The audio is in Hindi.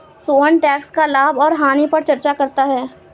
सोहन टैक्स का लाभ और हानि पर चर्चा करता है